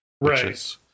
Right